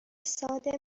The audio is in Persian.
ساده